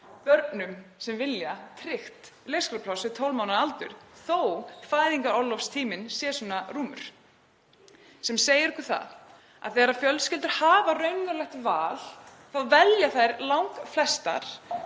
börnum sem vilja tryggt leikskólapláss við 12 mánaða aldur þótt fæðingarorlofstíminn sé svona rúmur, sem segir okkur það að þegar fjölskyldur hafa raunverulegt val velja þær langflestar